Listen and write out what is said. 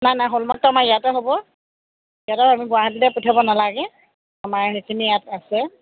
নাই নাই হলমাৰ্কটো আমাৰ ইয়াতে হ'ব ইয়াতে আমাৰ গুৱাহাটীলৈ পঠিয়াব নালাগে আমাৰ সেইখিনি ইয়াত আছে